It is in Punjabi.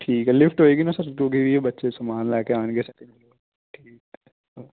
ਠੀਕ ਹੈ ਲਿਫਟ ਹੋਵੇਗੀ ਨਾ ਸਰ ਕਿਉਂਕਿ ਇਹ ਬੱਚੇ ਸਮਾਨ ਲੈ ਕੇ ਆਉਣਗੇ ਸੈਟਰਡੇ ਦਿਨ ਠੀਕ ਹੈ ਓਕੇ